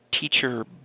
teacher